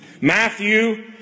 Matthew